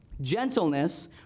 gentleness